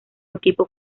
equipo